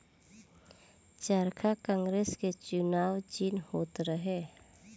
चरखा कांग्रेस के चुनाव चिन्ह होत रहे